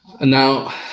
now